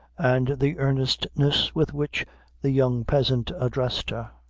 and the earnestness with which the young peasant addressed her,